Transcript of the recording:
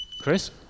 Chris